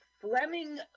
Fleming